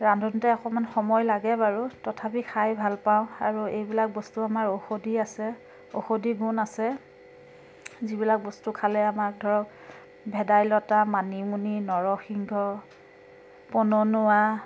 ৰান্ধোঁতে অকণমান সময় লাগে বাৰু তথাপি খাই ভাল পাওঁ আৰু এইবিলাক বস্তু আমাৰ ঔষধি আছে ঔষধি গুণ আছে যিবিলাক বস্তু খালে আমাৰ ধৰক ভেদাইলতা মানিমুনি নৰসিংহ পনৌনুৱা